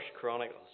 Chronicles